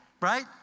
right